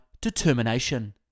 determination